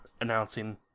announcing